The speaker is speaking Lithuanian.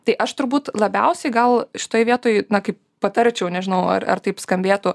tai aš turbūt labiausiai gal šitoj vietoj na kaip patarčiau nežinau ar ar taip skambėtų